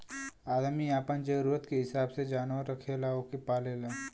आदमी आपन जरूरत के हिसाब से जानवर रखेला ओके पालेला